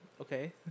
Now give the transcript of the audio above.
Okay